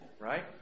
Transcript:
right